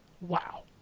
wow